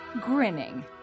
Grinning